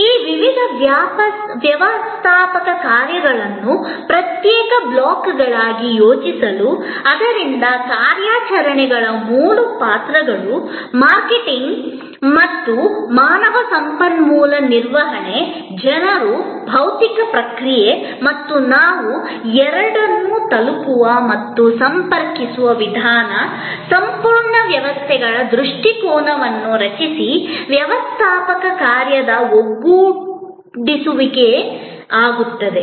ಈ ವಿವಿಧ ವ್ಯವಸ್ಥಾಪಕ ಕಾರ್ಯಗಳನ್ನು ಪ್ರತ್ಯೇಕ ಬ್ಲಾಕ್ಗಳಾಗಿ ಯೋಚಿಸಲು ಆದ್ದರಿಂದ ಕಾರ್ಯಾಚರಣೆಗಳ ಮೂರು ಪಾತ್ರಗಳು ಮಾರ್ಕೆಟಿಂಗ್ ಮತ್ತು ಮಾನವ ಸಂಪನ್ಮೂಲ ನಿರ್ವಹಣೆ ಜನರು ಭೌತಿಕ ಪ್ರಕ್ರಿಯೆಗಳು ಮತ್ತು ನಾವು ಎರಡನ್ನು ತಲುಪುವ ಮತ್ತು ಸಂಪರ್ಕಿಸುವ ವಿಧಾನ ಸಂಪೂರ್ಣ ವ್ಯವಸ್ಥೆಗಳ ದೃಷ್ಟಿಕೋನವನ್ನು ರಚಿಸಿ ವ್ಯವಸ್ಥಾಪಕ ಕಾರ್ಯದ ಒಗ್ಗೂಡಿಸುವಿಕೆ ಆಗುತ್ತದೆ